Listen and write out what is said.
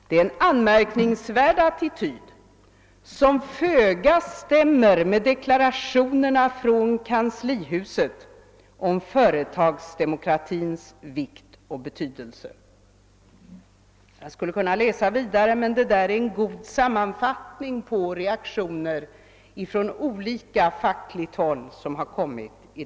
Det är en anmärkningsvärd attityd som föga stämmer med deklarationerna från kanslihuset om företagsdemokratins vikt och betydelse.> Jag skulle kunna citera vidare, men jag tycker detta är en god sammanfattning av reaktionerna från olika fackliga håll i den här frågan.